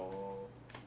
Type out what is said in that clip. orh